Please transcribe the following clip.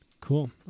Cool